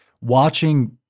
watching